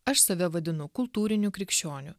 aš save vadinu kultūriniu krikščioniu